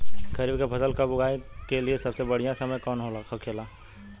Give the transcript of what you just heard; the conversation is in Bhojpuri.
खरीफ की फसल कब उगाई के लिए सबसे बढ़ियां समय कौन हो खेला?